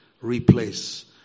replace